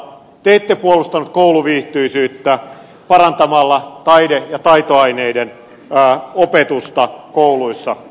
te ette puolustanut kouluviihtyisyyttä parantamalla taide ja taitoaineiden opetusta kouluissa